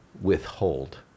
withhold